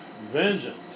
vengeance